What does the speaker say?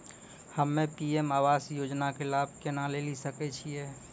हम्मे पी.एम आवास योजना के लाभ केना लेली सकै छियै?